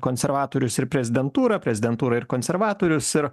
konservatorius ir prezidentūrą prezidentūrą ir konservatorius ir